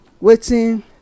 waiting